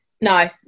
no